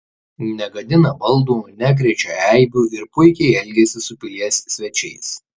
negadina baldų nekrečia eibių ir puikiai elgiasi su pilies svečiais